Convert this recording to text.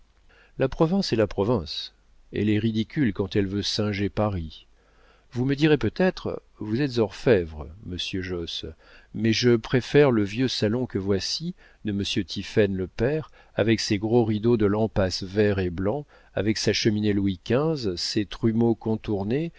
la province est la province elle est ridicule quand elle veut singer paris vous me direz peut-être vous êtes orfévre monsieur josse mais je préfère le vieux salon que voici de monsieur tiphaine le père avec ses gros rideaux de lampasse vert et blanc avec sa cheminée louis xv ses trumeaux contournés